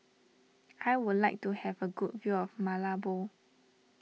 I would like to have a good view of Malabo